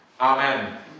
Amen